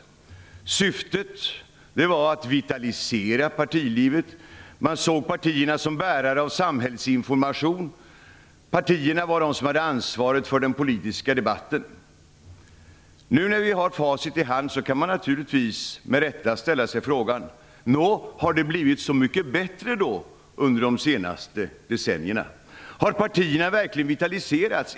Syftet var att vitalisera partilivet. Man såg partierna som bärare av samhällsinformation. Partierna hade ansvaret för den politiska debatten. Nu med facit i hand kan man naturligtvis med rätta fråga: Nå, har det blivit så mycket bättre under de senaste decennierna? Har partierna verkligen vitaliserats?